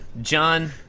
John